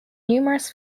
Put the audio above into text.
numerous